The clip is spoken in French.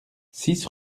six